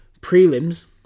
prelims